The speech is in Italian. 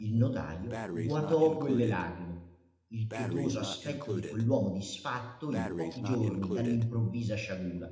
il notajo guatò quelle lagrime il pietoso aspetto di quell'uomo disfatto in pochi giorni dall'improvvisa sciagura